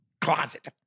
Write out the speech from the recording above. closet